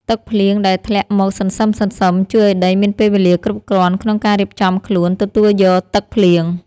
ទឹកភ្លៀងដែលធ្លាក់មកសន្សឹមៗជួយឱ្យដីមានពេលវេលាគ្រប់គ្រាន់ក្នុងការរៀបចំខ្លួនទទួលយកទឹកភ្លៀង។